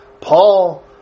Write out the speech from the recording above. Paul